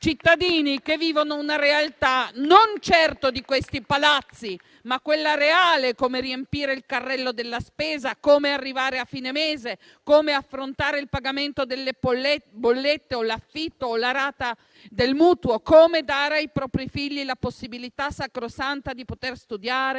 Cittadini che non vivono certo la realtà di questi palazzi, ma quella reale, che si pongono il problema di come riempire il carrello della spesa, come arrivare a fine mese, come affrontare il pagamento delle bollette, l'affitto o la rata del mutuo, come dare ai propri figli la possibilità sacrosanta di poter studiare